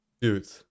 dude